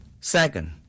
Second